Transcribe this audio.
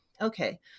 Okay